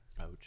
Ouch